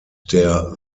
der